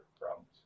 problems